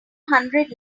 hundred